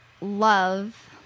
love